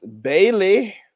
Bailey